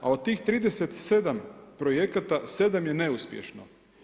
A od tih 37 projekata, 7 je neuspješno.